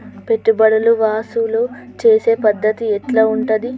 పెట్టుబడులు వసూలు చేసే పద్ధతి ఎట్లా ఉంటది?